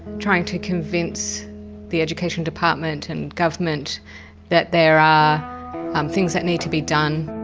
trying to convince the education department and government that there are um things that need to be done.